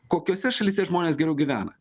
kokiose šalyse žmonės geriau gyvena